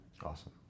Awesome